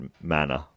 manner